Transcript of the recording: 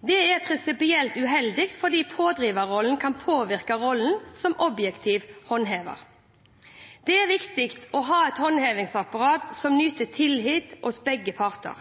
Dette er prinsipielt uheldig fordi pådriverrollen kan påvirke rollen som objektiv håndhever. Det er viktig å ha et håndhevingsapparat som nyter tillit hos begge parter.